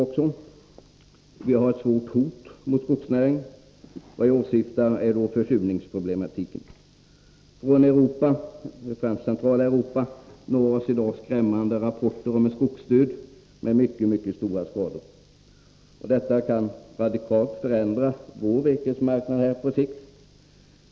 Det finns ett stort hot mot skogsnäringen, jag åsyftar därmed på försurningsproblematiken. Från främst Centraleuropa når oss i dag skrämmande rapporter om skogsdöd och stora skador. Detta kan radikalt förändra vår virkesmarknad på sikt.